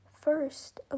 first